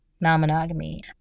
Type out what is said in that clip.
non-monogamy